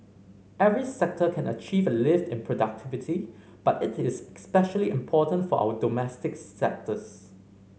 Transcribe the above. every sector can achieve a lift in productivity but it is especially important for our domestic sectors